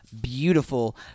beautiful